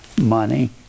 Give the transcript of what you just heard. money